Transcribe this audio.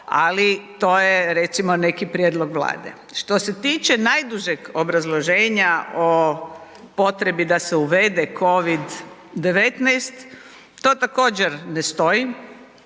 ali to je recimo neki prijedlog Vlade. Što se tiče najdužeg obrazloženja o potrebi da se uvede COVID-19 to također ne stoji,